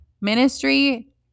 ministry